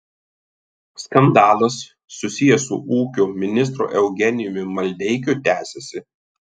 skandalas susijęs su ūkio ministru eugenijumi maldeikiu tęsiasi